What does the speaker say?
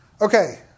Okay